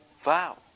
vow